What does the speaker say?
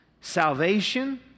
salvation